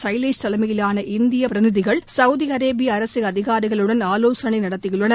சைலேஷ் தலைமையிலான இந்தியப் பிரதிநிதிகள் சவுதி அரேபிய அரசு அதிகாரிகளுடன் ஆலோசனை நடத்தியுள்ளனர்